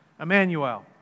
Emmanuel